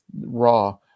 Raw